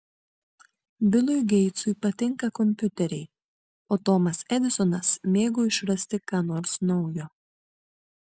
bilui geitsui patinka kompiuteriai o tomas edisonas mėgo išrasti ką nors naujo